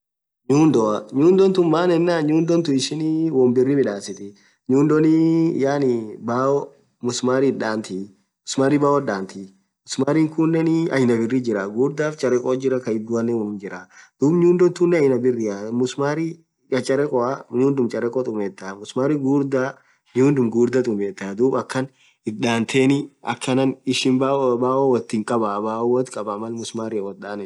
Nyundoa nyundo tunn maan yenen nyundo tun ishinii wonn birr midhasithi nyundonii yaaani bao msumarii ithi dhanthii msumarii bao dhantii msumarii khunen aina birr Jira ghughurdha faa charekho Jira khaa idhuanen hinjira dhub nyundo tunen aina birria msumari chacharekhoa nyundum charekho tumetha msumari ghughurdha nyundum ghughurdha tumetha dhub akhan ithi dhatheni akhanan ishin bao wothin khabaaaa Mal msumariin woth dhanen nyundoan